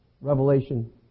revelation